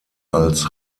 als